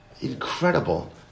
Incredible